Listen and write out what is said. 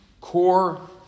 Core